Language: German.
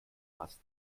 fast